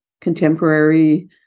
contemporary